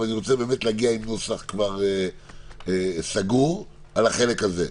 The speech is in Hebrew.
אני רוצה להגיע עם נוסח סגור בחלק הזה.